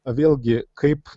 vėlgi kaip